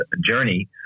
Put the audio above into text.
journey